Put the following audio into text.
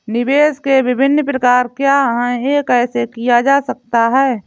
निवेश के विभिन्न प्रकार क्या हैं यह कैसे किया जा सकता है?